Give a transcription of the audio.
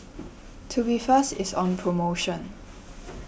Tubifast is on promotion